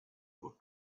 for